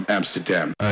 Amsterdam